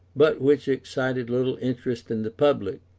but which excited little interest in the public,